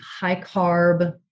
high-carb